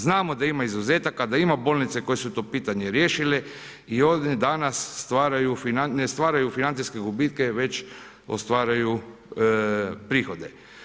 Znamo da ima izuzetaka, da ima bolnica koje su to pitanje riješile i one danas ne stvaraju financijske gubitke već ostvaruju prihode.